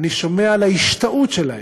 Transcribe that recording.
אני שומע את ההשתאות שלהם.